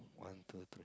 one two thr~